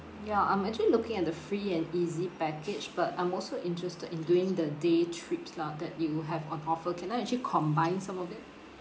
ya I'm actually looking at the free and easy package but I'm also interested in doing the day trips lah that you have on offer can I actually combine some of that